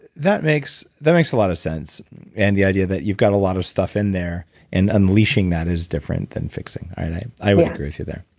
that makes that makes a lot of sense and the idea that you've got a lot of stuff in there and unleashing that is different than fixing, i i would agree with you there.